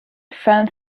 fan